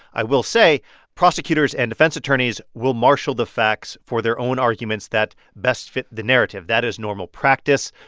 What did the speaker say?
i will say prosecutors and defense attorneys will marshal the facts for their own arguments that best fit the narrative. that is normal practice.